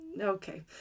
Okay